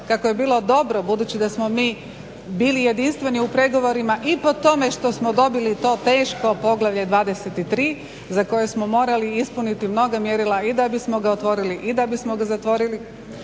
kako je bilo dobro budući da smo mi bili jedinstveni u pregovorima i po tome što smo dobili to teško Poglavlje 23. za koje smo morali ispuniti mnoga mjerila i da bismo ga otvorili i da bismo ga zatvorili.